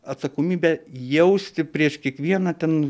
atsakomybę jausti prieš kiekvieną ten